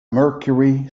mercury